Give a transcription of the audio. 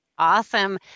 Awesome